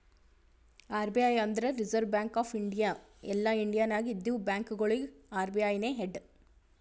RBI ಅಂದುರ್ reserve bank of India ಎಲ್ಲಾ India ನಾಗ್ ಇದ್ದಿವ ಬ್ಯಾಂಕ್ಗೊಳಿಗ ಅರ್.ಬಿ.ಐ ನೇ ಹೆಡ್